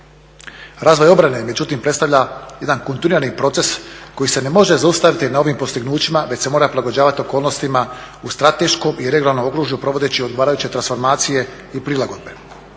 Razvoj obrane međutim predstavlja jedan kontinuirani proces koji se ne može zaustaviti na ovim postignućima već se mora prilagođavati okolnostima u strateškom i regionalnom okružju provodeći odgovarajuće transformacije i prilagodbe.